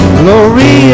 glory